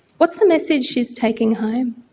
what's the message she is taking home?